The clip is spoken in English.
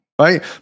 Right